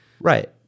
Right